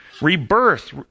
rebirth